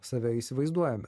save įsivaizduojam